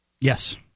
Yes